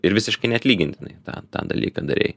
ir visiškai neatlygintinai tą tą dalyką darei